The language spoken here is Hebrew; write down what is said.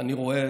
אני רואה